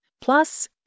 plus